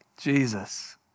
Jesus